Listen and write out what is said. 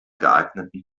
geeigneten